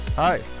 Hi